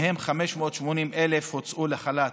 ומהם 580,000 הוצאו לחל"ת.